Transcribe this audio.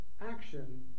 action